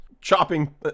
Chopping